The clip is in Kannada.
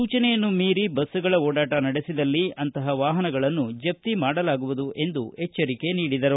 ಸೂಚನೆಯನ್ನು ಮೀರಿ ಬಸ್ಗಳ ಓಡಾಟ ನಡೆಸಿದಲ್ಲಿ ಅಂತಹ ವಾಹನಗಳನ್ನು ಜಪ್ತಿ ಮಾಡಲಾಗುವುದು ಎಂದು ಎಚ್ಚರಿಕೆ ನೀಡಿದರು